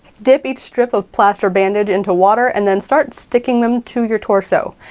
dip each strip of plaster bandage into water, and then start sticking them to your torso.